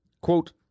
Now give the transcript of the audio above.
Quote